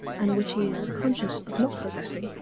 and which he is conscious of not possessing,